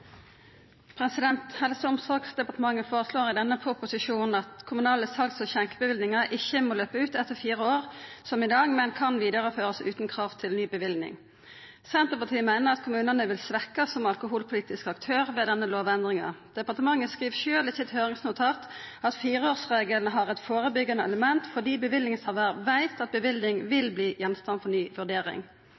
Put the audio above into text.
laser. Helse- og omsorgsdepartementet føreslår i denne proposisjonen at kommunale sals- og skjenkjebevillingar ikkje må gå ut etter fire år som i dag, men kan vidareførast utan krav til ny bevilling. Senterpartiet meiner at kommunane vil svekkjast som alkoholpolitisk aktør ved denne lovendringa. Departementet skriv sjølv i høyringsnotatet sitt at fireårsregelen har eit førebyggjande element fordi bevillingshavar veit at bevilling vil verta gjenstand for ny vurdering.